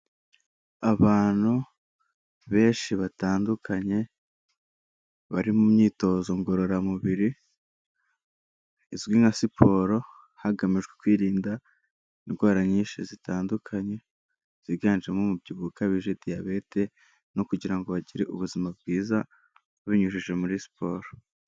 Abantu benshi batandukanye bari mu myitozo ngororamubiri izwi nka siporo hagamijwe kwirinda indwara nyinshi zitandukanye ziganjemo umubyibuho ukabije, diyabete no kugira ngo bagire ubuzima bwiza babinyujije muri siporo.